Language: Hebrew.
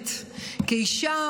הזכוכית כאישה,